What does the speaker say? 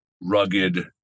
rugged